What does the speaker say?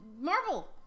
Marvel